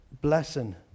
blessing